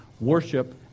worship